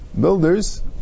builders